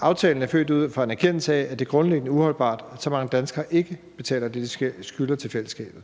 Aftalen er født ud af en erkendelse af, at det grundlæggende er uholdbart, at så mange danskere ikke betaler det, de skylder til fællesskabet.